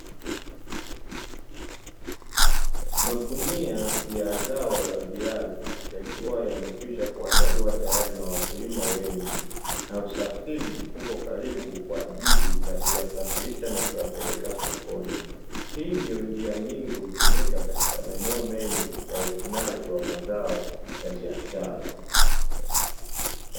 Magunia ya zao la viazi yakiwa yamekwisha kuandaliwa tayari na wakulima wengi. Na usafiri upo karibu kwa ajili ya kuyasafirisha na kuyapeleka sokoni. Hii ndiyo njia nyingi hutumika katika maeneo mengi ya uvunaji wa mazao ya biashara.